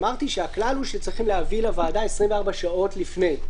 אמרתי שהכלל הוא שצריכים להביא לוועדה 24 שעות לפני,